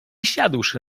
siadłszy